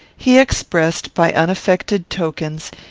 he expressed, by unaffected tokens,